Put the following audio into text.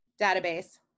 Database